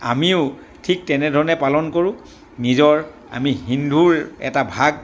আমিও ঠিক তেনেধৰণে পালন কৰোঁ নিজৰ আমি হিন্দুৰ এটা ভাগ